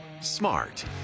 Smart